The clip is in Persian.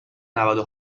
نودو